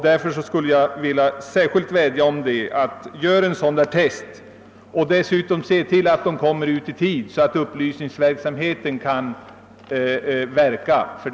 Därför vill jag alltså vädja att det görs ett sådant test och att man dessutom ser till att blanketterna kommer ut i tid, så att upplysningen hinner nå alla.